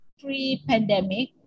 pre-pandemic